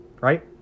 right